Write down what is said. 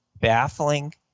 baffling